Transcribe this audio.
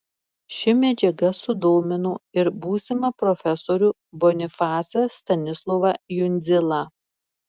ši medžiaga sudomino ir būsimą profesorių bonifacą stanislovą jundzilą